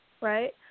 right